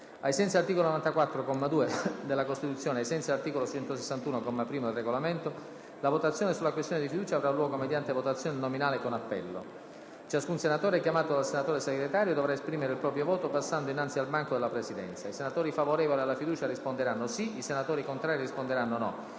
Ai sensi dell'articolo 94, comma 2, della Costituzione e ai sensi dell'articolo 161, comma 1, del Regolamento, la votazione sulla questione di fiducia avrà luogo mediante votazione nominale con appello. Ciascun senatore chiamato dal senatore Segretario dovrà esprimere il proprio voto passando innanzi al banco della Presidenza. I senatori favorevoli alla fiducia risponderanno sì; i senatori contrari risponderanno no;